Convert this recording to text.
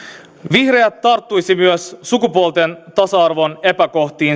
vihreät tarttuisivat myös sukupuolten tasa arvon epäkohtiin